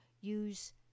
use